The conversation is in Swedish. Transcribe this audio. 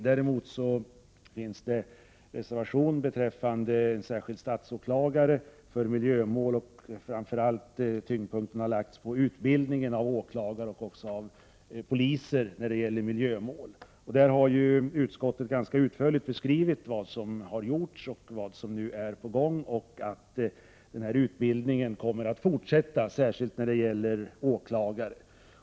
Däremot finns det en reservation i betänkandet om en särskild statsåklagare för miljömål. Men framför allt har tyngdpunkten lagts på reservationen om utbildning av åklagare och poliser när det gäller miljömål. Utskottet har ganska utförligt beskrivit vad som har gjorts och vad som nu är på gång. Denna utbildning kommer att fortsätta, särskilt i fråga om åklagare.